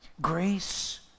grace